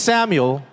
Samuel